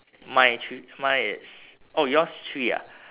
mine three mine it's oh yours three ah